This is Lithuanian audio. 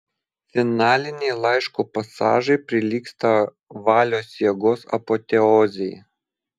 finaliniai laiško pasažai prilygsta valios jėgos apoteozei